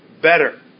better